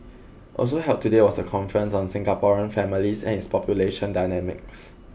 also held today was a conference on Singaporean families and its population dynamics